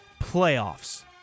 playoffs